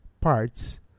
parts